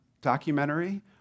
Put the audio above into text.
documentary